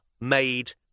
made